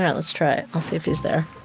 yeah let's try it. i'll see if he's there